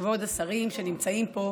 כבוד השרים שנמצאים פה,